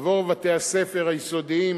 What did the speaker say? עבור דרך בתי-הספר היסודיים,